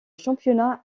championnat